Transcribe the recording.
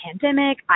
pandemic